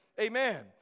Amen